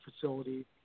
facility